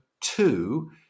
two